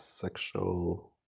sexual